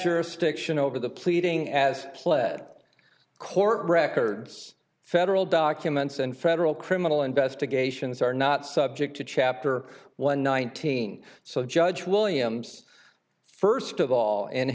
jurisdiction over the pleading as play court records federal documents and federal criminal investigations are not subject to chapter one nineteen so judge williams first of all